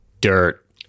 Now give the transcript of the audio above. dirt